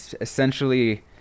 essentially